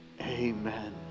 Amen